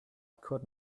could